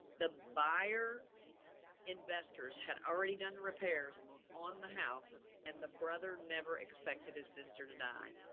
the buyer investors had already done the repairs on the house and the brother never expected his sister to die.